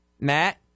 Matt